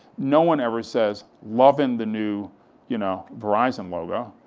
no one ever says, loving the new you know verizon logo,